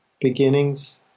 beginnings